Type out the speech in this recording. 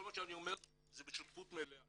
כל מה שאני אומר זה בשותפות מלאה.